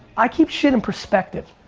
i keep shit in perspective.